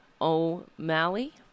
O'Malley